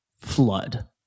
flood